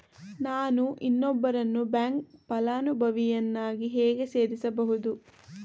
ನಾನು ಇನ್ನೊಬ್ಬರನ್ನು ಬ್ಯಾಂಕ್ ಫಲಾನುಭವಿಯನ್ನಾಗಿ ಹೇಗೆ ಸೇರಿಸಬಹುದು?